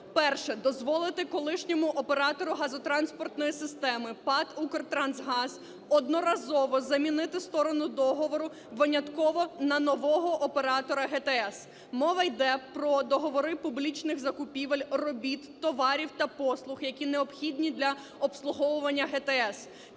Перше. Дозволити колишньому оператору газотранспортної системи ПАТ "Укртрансгаз" одноразово замінити сторону договору винятково на нового оператора ГТС. Мова йде про договори публічних закупівель робіт, товарів та послуг, які необхідні для обслуговування ГТС.